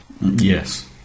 Yes